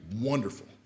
wonderful